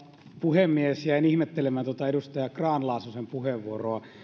puhemies jäin ihmettelemään edustaja grahn laasosen puheenvuoroa